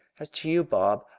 as to you, bob,